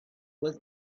was